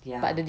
ya